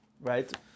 Right